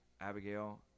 Abigail